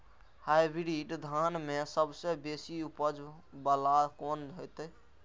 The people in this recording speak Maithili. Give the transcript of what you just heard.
हाईब्रीड धान में सबसे बेसी उपज बाला कोन हेते?